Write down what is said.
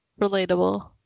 Relatable